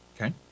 Okay